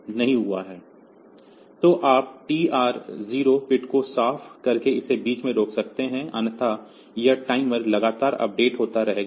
तो आप TR0 bit को साफ़ करके इसे बीच में रोक सकते हैं अन्यथा यह टाइमर लगातार अपडेट होता रहेगा